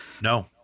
No